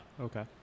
Okay